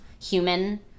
human